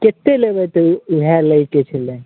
कतेक लेबै तऽ ओ वएह लैके छलै